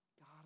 God